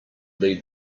lead